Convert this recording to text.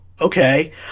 Okay